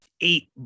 eight